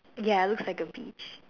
ya looks like a beach